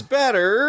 better